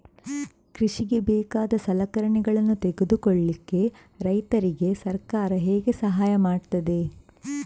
ಕೃಷಿಗೆ ಬೇಕಾದ ಸಲಕರಣೆಗಳನ್ನು ತೆಗೆದುಕೊಳ್ಳಿಕೆ ರೈತರಿಗೆ ಸರ್ಕಾರ ಹೇಗೆ ಸಹಾಯ ಮಾಡ್ತದೆ?